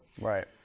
Right